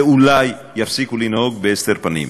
ואולי יפסיקו לנהוג בהסתר פנים.